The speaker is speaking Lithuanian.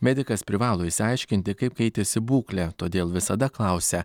medikas privalo išsiaiškinti kaip keitėsi būklė todėl visada klausia